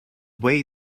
way